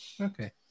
Okay